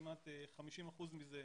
כמעט 50 אחוזים מזה.